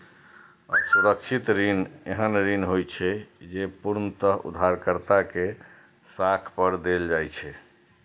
असुरक्षित ऋण एहन ऋण होइ छै, जे पूर्णतः उधारकर्ता के साख पर देल जाइ छै